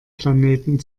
planeten